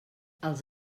els